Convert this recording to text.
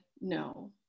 no